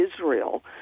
Israel